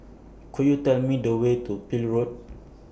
Could YOU Tell Me The Way to Peel Road